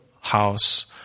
house